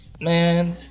Man